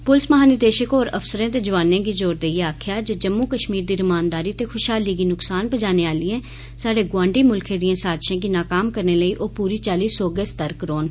पुलस महानिदेशक होर अफसरें ते जवानें गी जोर देइयै आक्खेआ जे जम्मू कश्मीर दी रमानदारी ते खुशहाली गी नसकान पजाने आलिएं स्हाड़े गोआंडी मुलखें दिएं साजशें गी नकाम करने लेई ओ पूरी चाल्ली सौह्गे सर्तक रौह्न